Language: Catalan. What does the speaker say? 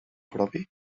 propi